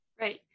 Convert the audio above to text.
Right